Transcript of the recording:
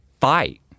fight